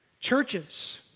Churches